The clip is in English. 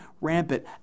rampant